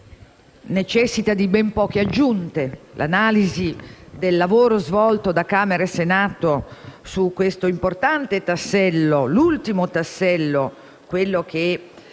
necessita di ben poche aggiunte. L'analisi del lavoro svolto da Camera e Senato su questo importante tassello - l'ultimo che